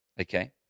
okay